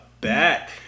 back